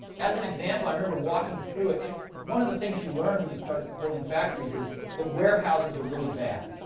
as an example, i remember walking through it. you know, one of the things you learn when you start building factories is that warehouses are really bad,